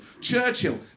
Churchill